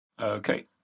Okay